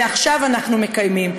ועכשיו אנחנו מקיימים.